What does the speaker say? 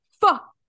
Fuck